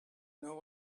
know